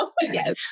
yes